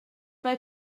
mae